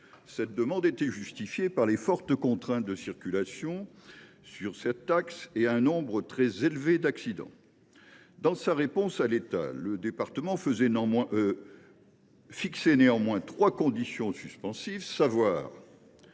Cette demande était justifiée par les fortes contraintes de circulation sur cet axe et par un nombre très élevé d’accidents. Dans sa réponse à l’État, le département fixait néanmoins trois conditions suspensives, à savoir